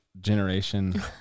generation